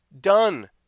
Done